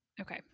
Okay